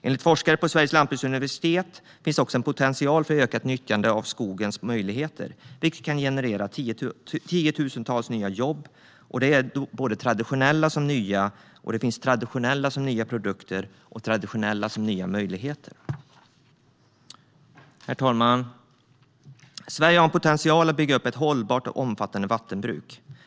Enligt forskare på Sveriges lantbruksuniversitet finns också en potential för ökat nyttjande av skogens möjligheter, vilket kan generera tiotusentals nya jobb. Det rör sig om såväl traditionella som nya jobb, och det finns såväl traditionella som nya produkter och såväl traditionella som nya möjligheter. Herr talman! Sverige har potential att bygga upp ett hållbart och omfattande vattenbruk.